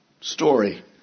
story